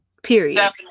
Period